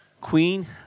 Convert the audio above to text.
Queen